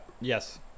Yes